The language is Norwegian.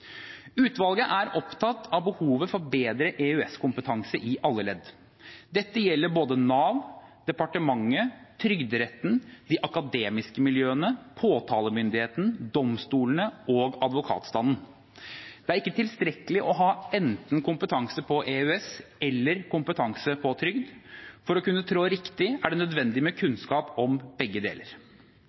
Utvalget er opptatt av behovet for bedre EØS-kompetanse i alle ledd. Dette gjelder både Nav, departementet, Trygderetten, de akademiske miljøene, påtalemyndigheten, domstolene og advokatstanden. Det er ikke tilstrekkelig å ha enten kompetanse på EØS eller kompetanse på trygd. For å kunne trå riktig er det nødvendig med kunnskap om begge deler.